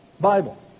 Bible